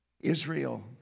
Israel